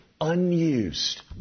unused